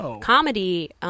comedy